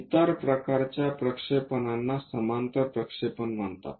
इतर प्रकारच्या प्रक्षेपणना समांतर प्रक्षेपण म्हणतात